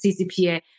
CCPA